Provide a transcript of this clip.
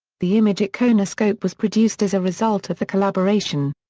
the image iconoscope was produced as a result of the collaboration.